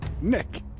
Nick